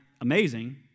amazing